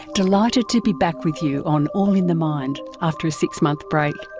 delighted to be back with you on all in the mind after a six-month break.